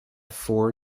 four